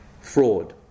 fraud